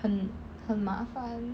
很很麻烦